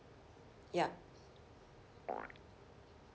ya